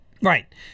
Right